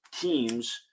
teams